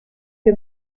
que